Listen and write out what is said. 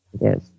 Yes